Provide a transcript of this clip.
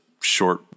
short